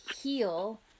Heal